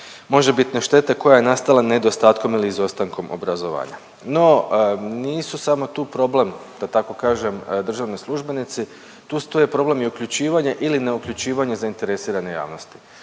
možebitne štete koja je nastala nedostatkom ili izostankom obrazovanja. No, nisu samo tu problem da tako kažem državni službenici, tu stoji i problem uključivanja ili neuključivanja zainteresirane javnosti.